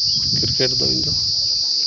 cricket ᱫᱚ ᱤᱧᱫᱚ